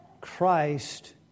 Christ